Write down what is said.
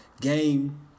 game